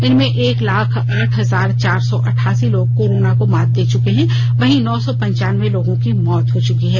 इनमें एक लाख आठ हजार चार सौ अठासी लोग कोरोना को मात दे चुके हैं वहीं नौ सौ पंचान्बे लोगों की मौत हो च्की है